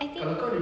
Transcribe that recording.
I think